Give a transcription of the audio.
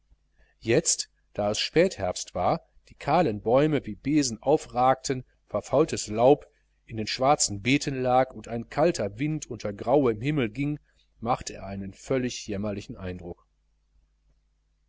jetzt da es spätherbst war die kahlen bäume wie besen aufragten verfaultes laub in den schwarzen beeten lag und ein kalter wind unter grauem himmel ging machte er einen völlig jämmerlichen eindruck